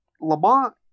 lamont